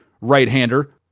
right-hander